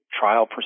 trial